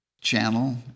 channel